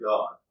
God